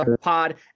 Pod